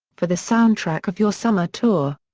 for the soundtrack of your summer tour.